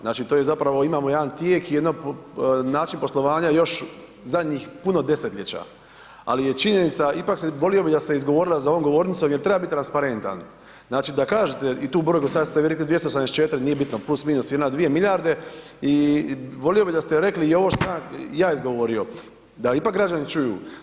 Znači to je zapravo imamo jedan tijek i jedno način poslovanja još zadnjih puno desetljeća ali je činjenica, ipak se, volio bih da ste izgovorili za ovom govornicom jer treba biti transparentan, znači da kažete i tu brojku, sad ste vi rekli 274 nije bitno, plus minus jedna, dvije milijarde i volio bi da ste rekli i ovo što sam ja izgovorio da ipak građani čuju.